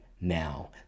now